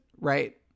right